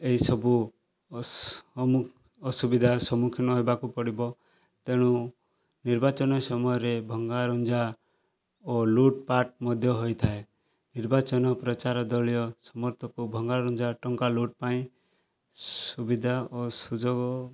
ଏଇସବୁ ଅସ୍ ଅମକୁ ଅସୁବିଧା ସମ୍ମୁଖୀନ ହେବାକୁ ପଡ଼ିବ ତେଣୁ ନିର୍ବାଚନ ସମୟରେ ଭଙ୍ଗାରୁଜା ଓ ଲୁଟ୍ପାଟ ମଧ୍ୟ ହୋଇଥାଏ ନିର୍ବାଚନ ପ୍ରଚାର ଦଳୀୟ ସମର୍ଥକ ଭଙ୍ଗାରୁଜା ଟଙ୍କାଲୁଟ୍ ପାଇଁ ସୁବିଧା ଓ ସୁଯୋଗ